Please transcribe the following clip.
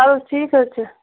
اہن حظ ٹھیٖک حظ چھِ